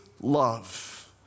love